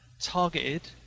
targeted